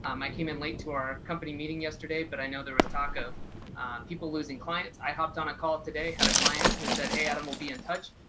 um i came in late to our company meeting yesterday but i know there was talk of people losing clients i hopped on a call today had a client who said, hey, adam, we'll be in touch.